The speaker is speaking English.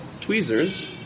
tweezers